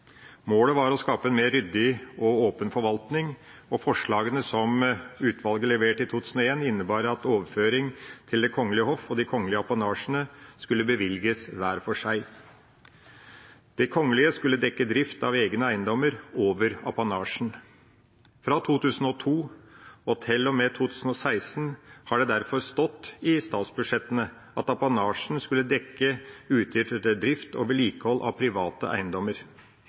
Målet var å skape en mer ryddig og åpen forvaltning, og forslagene som utvalget leverte i 2001, innebar at overføring til Det kongelige hoff og de kongelige apanasjene skulle bevilges hver for seg. De kongelige skulle dekke drift av egne eiendommer over apanasjen. Fra 2002 til og med 2016 har det derfor stått i statsbudsjettene at apanasjen skulle dekke utgifter til drift og vedlikehold av private eiendommer.